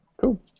cool